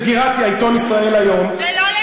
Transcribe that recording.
בסגירת העיתון "ישראל היום" זה לא לסגירה,